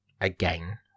again